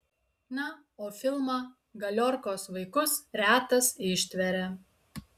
na o filmą galiorkos vaikus retas ištveria